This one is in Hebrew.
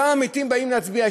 גם המתים באים להצביע.